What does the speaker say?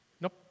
Nope